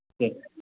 சரி